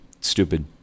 Stupid